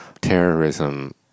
terrorism